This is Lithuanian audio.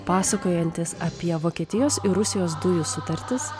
pasakojantis apie vokietijos ir rusijos dujų sutartis